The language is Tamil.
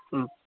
ம்